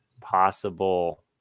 possible